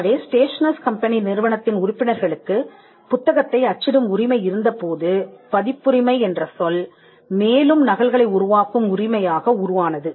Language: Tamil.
எனவே ஸ்டேஷனர்ஸ் கம்பெனி நிறுவனத்தின் உறுப்பினர்களுக்குப் புத்தகத்தை அச்சிடும் உரிமை இருந்தபோது பதிப்புரிமை என்ற சொல் மேலும் நகல்களை உருவாக்கும் உரிமையாக உருவானது